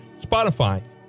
Spotify